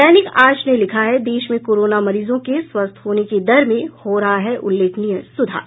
दैनिक आज ने लिखा है देश में कोरोना मरीजों के स्वस्थ होने के दर में हो रहा है उल्लेखनीय सुधार